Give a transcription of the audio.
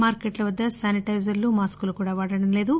మార్కెట్ల వద్ద శానిటైజర్లు మాస్కులు కూడా వాడట్లేదు